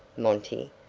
monty,